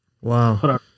Wow